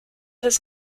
has